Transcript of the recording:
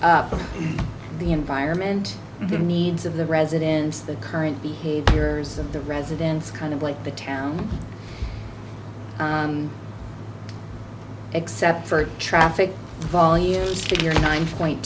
up the environment the needs of the residents the current behaviors of the residents kind of like the town except for traffic volume if you're nine point